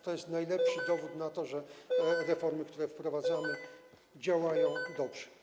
To jest najlepszy dowód na to, że reformy, które wprowadzamy, działają dobrze.